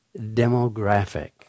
demographic